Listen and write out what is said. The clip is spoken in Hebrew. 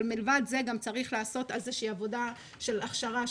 אבל מלבד זה צריך לעשות על זה עבודה של הכשרה,